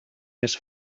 més